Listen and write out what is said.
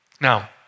Now